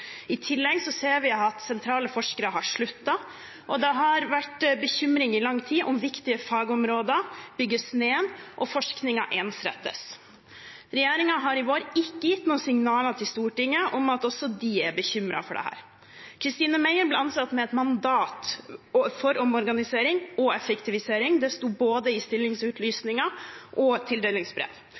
I tillegg ser vi at sentrale forskere har sluttet, og det har vært bekymring i lang tid om hvorvidt viktige fagområder bygges ned og forskningen ensrettes. Regjeringen har i vår ikke gitt noen signaler til Stortinget om at også de er bekymret for dette. Christine Meyer ble ansatt med et mandat for omorganisering og effektivisering, det sto både i stillingsutlysningen og i tildelingsbrev.